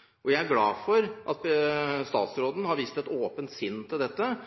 helsevesenet. Jeg er glad for at statsråden har vist et åpent sinn til dette, at han